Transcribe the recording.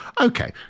Okay